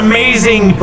Amazing